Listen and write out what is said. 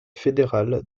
fédéral